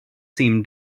seem